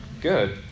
Good